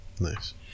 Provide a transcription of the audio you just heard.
nice